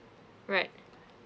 right